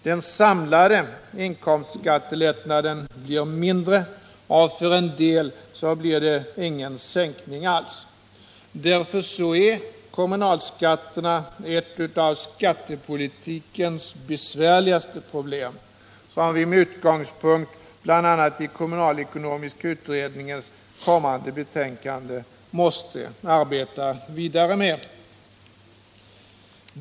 Den samlade inkomstskattelättnaden blir mindre, och för en del blir det ingen sänkning alls. Därför är kommunalskatterna ett av skattepolitikens besvärligaste problem som vi, med utgångspunkt bl.a. i kommunalekonomiska utredningens kommande betänkande, måste arbeta vidare med.